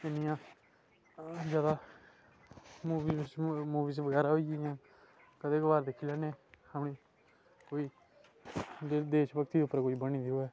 इन्नियां ज्यादा movie movies बगैरा होई गेइयां कदें कदार दिक्खी लैने अपने जेह्ड़ी देशभक्ति उप्पर कोई बनी दी होवे